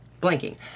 blanking